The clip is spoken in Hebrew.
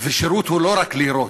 ושירות הוא לא רק לירות.